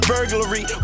Burglary